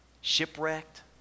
Shipwrecked